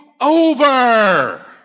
over